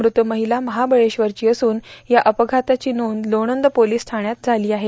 मृत महिला महाबळेश्वरची असून या अपघाताची नोंद लोणंद पोलीस ठाण्यात झाली आहे